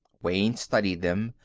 wayne studied them,